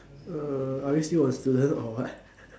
uh are you still a student or what